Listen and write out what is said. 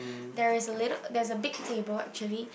there is a little there is a big table actually